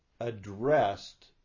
addressed